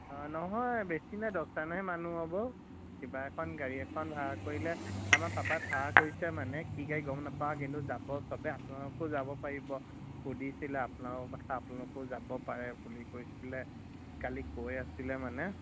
অঁ নহয় বেছি নাই দহটানেহে মানুহ হ'ব কিবা এখন গাড়ী এখন ভাড়া কৰিলে আমাৰ পাপাই ভাড়া কৰিছে মানে কি গাড়ী গ'ম নাপাওঁ কিন্তু যাব চবে আপোনালোকো যাব পাৰিব সুধিছিলে আপোনালোকৰ কথা আপোনালোকো যাব পাৰে বুলি কৈছিলে কালি কৈ আছিলে মানে